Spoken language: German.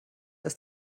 ist